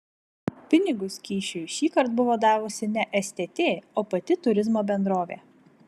pinigus kyšiui šįkart buvo davusi ne stt o pati turizmo bendrovė